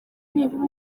nibura